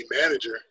manager